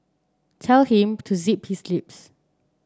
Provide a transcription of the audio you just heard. tell him to zip his lips